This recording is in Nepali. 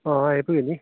अँ आइपुगे नि